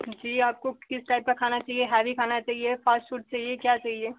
जी आपको किस टाइप का खाना चहिए हैवी खाना चहिए फ़ास्ट फूड चाहिए क्या चाहिए